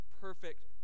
perfect